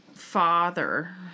Father